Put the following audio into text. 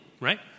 right